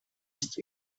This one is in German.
ist